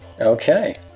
Okay